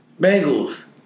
Bengals